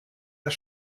das